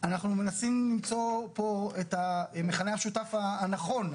אנחנו מנסים למצוא פה את המכנה המשותף הנכון,